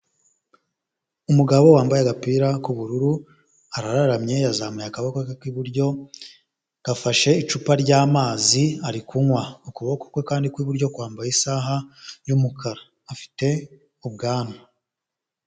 Umugabo wambaye agapira k'ubururu, arararamye yazamuye akaboko ke k'iburyo, gafashe icupa ry'amazi ari kunywa, ukuboko kwe kandi kw'iburyo kwambaye isaha y'umukara, afite ubwanwa.